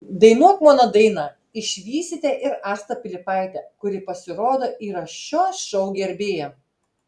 dainuok mano dainą išvysite ir astą pilypaitę kuri pasirodo yra šio šou gerbėja